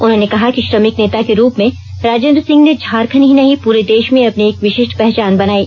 उन्होंने कहा कि श्रमिक नेता के रूप में राजेन्द्र सिंह ने झारखंड ही नहीं पूरे देश में अपनी एक विशिष्ठ पहचान बनायी